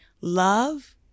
love